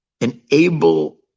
enable